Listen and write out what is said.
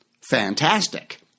fantastic